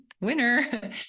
winner